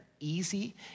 Easy